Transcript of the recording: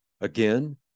Again